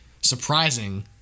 surprising